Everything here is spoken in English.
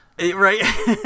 Right